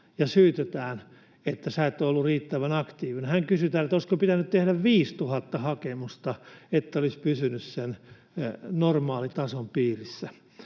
ja syytetään, että et ole ollut riittävän aktiivinen. Hän kysyi, olisiko pitänyt tehdä 5 000 hakemusta, että olisi pysynyt sen normaalitason piirissä.